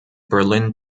berlin